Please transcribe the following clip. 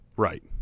Right